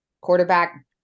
quarterback